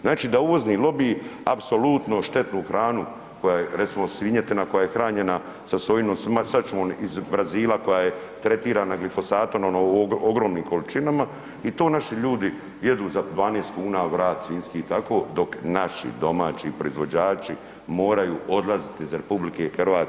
Znači da uvozni lobiji apsolutno štetnu hranu koja je recimo svinjetina koja je hranjena sa sojinom sačmom iz Brazila koja je tretirana glifosatom ono u ogromnim količinama i to naši ljudi jedu za 12 kuna vrat svinjski i tako dok naši domaći proizvođači moraju odlaziti iz RH.